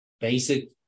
basic